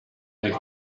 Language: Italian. del